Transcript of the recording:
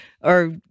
or-